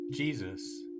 Jesus